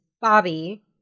Bobby